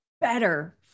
better